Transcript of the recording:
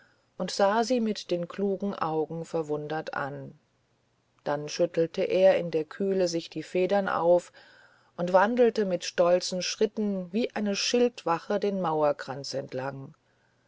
und sah sie mit den klugen augen verwundert an dann schüttelte er in der kühle sich die federn auf und wandelte mit stolzen schritten wie eine schildwacht den mauerkranz entlang